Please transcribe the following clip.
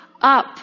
up